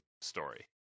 story